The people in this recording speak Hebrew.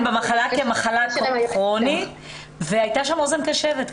כן, כמחלה כרונית, והייתה שם אוזן קשבת.